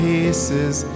pieces